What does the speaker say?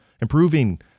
improving